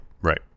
right